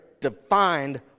defined